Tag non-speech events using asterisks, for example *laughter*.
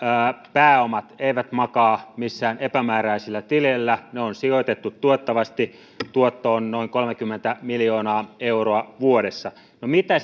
pääomat eivät makaa missään epämääräisillä tileillä ne on sijoitettu tuottavasti tuotto on noin kolmekymmentä miljoonaa euroa vuodessa no mitä *unintelligible*